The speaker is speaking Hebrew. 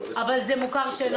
למוכר שאינו